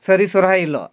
ᱥᱟᱹᱨᱤ ᱥᱚᱦᱨᱟᱭ ᱦᱤᱞᱳᱜ